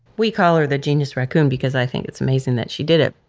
we call her the genius raccoon because i think it's amazing that she did it.